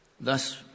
Thus